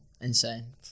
Insane